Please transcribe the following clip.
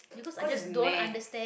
cause it's math